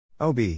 ob